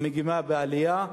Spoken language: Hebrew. המגמה בעלייה,